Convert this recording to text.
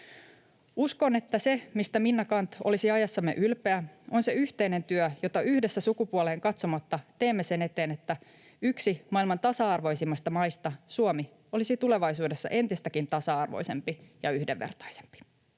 Uskon, että se, mistä Minna Canth olisi ajassamme ylpeä, on se yhteinen työ, jota yhdessä sukupuoleen katsomatta teemme sen eteen, että yksi maailman tasa-arvoisimmista maista, Suomi, olisi tulevaisuudessa entistäkin tasa-arvoisempi ja yhdenvertaisempi,